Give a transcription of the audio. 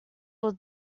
will